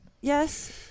yes